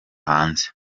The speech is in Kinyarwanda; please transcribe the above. hanze